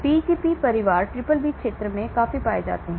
Pgp परिवार BBB क्षेत्र में काफी पाए जाते हैं